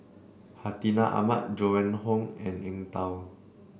Hartinah Ahmad Joan and Hon and Eng Tow